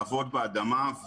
לעבוד באדמה.